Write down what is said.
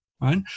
Right